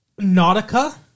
Nautica